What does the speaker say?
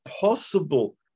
possible